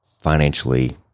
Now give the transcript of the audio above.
financially